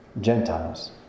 Gentiles